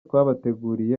twabateguriye